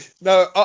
No